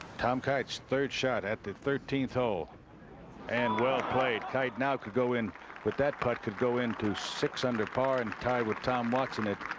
tom kite's, third shot at the thirteenth hole and, well played, right now could go in with that putt could go into six under par and tied with tom watson at